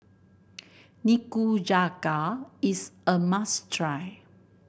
nikujaga is a must try